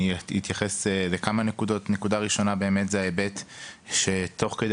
אני אתייחס לכמה נקודות: נקודה ראשונה היא שתוך כדי